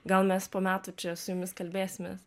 gal mes po metų čia su jumis kalbėsimės